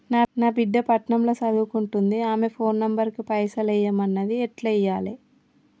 నా బిడ్డే పట్నం ల సదువుకుంటుంది ఆమె ఫోన్ నంబర్ కి పైసల్ ఎయ్యమన్నది ఎట్ల ఎయ్యాలి?